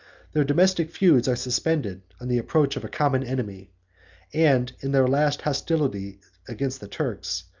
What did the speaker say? their domestic feuds are suspended on the approach of a common enemy and in their last hostilities against the turks,